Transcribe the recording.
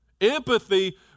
empathy